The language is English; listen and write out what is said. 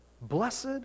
Blessed